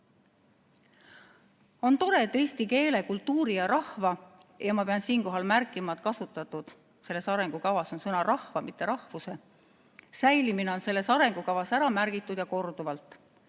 On tore, et eesti keele, kultuuri ja rahva – ja ma pean siinkohal märkima, et selles arengukavas on kasutatud sõna "rahva", mitte "rahvuse" – säilimine on selles arengukavas ära märgitud, ja korduvalt.